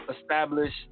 establish